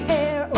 air